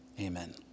Amen